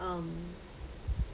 um